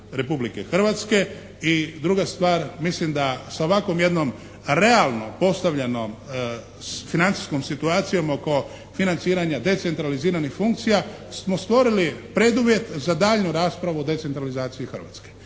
Republike Hrvatske. I druga stvar, mislim da sa ovako jednom realno postavljenom financijskom situacijom oko financiranja decentraliziranih funkcija smo stvoriti preduvjet za daljnju raspravu o decentralizaciji Hrvatske.